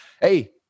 hey